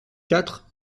quatre